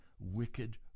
wicked